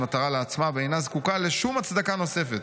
היא מטרה לעצמה ואינה זקוקה לשום הצדקה נוספת.